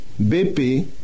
BP